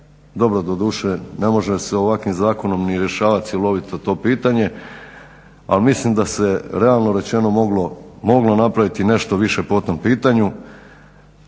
dobro doduše ne može se ovakvim zakonom ni rješavat cjelovito to pitanje. Ali mislim da se realno rečeno moglo napraviti nešto više po tom pitanju,